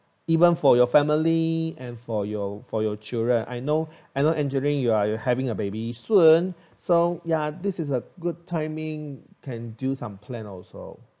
even for your family and for your for your children I know I know angeline you are you're having a baby soon so ya this is a good timing can do some plan also